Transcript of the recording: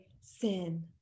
sin